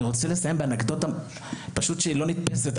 אני רוצה לסיים באנקדוטה שהיא פשוט לא נתפסת: